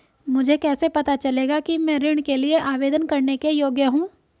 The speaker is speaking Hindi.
मुझे कैसे पता चलेगा कि मैं ऋण के लिए आवेदन करने के योग्य हूँ?